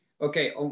okay